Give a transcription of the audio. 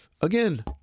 Again